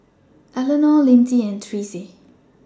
Elenore Linzy and Therese